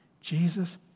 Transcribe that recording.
Jesus